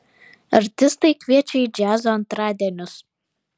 artistai kviečia į džiazo antradienius